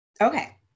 Okay